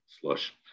slush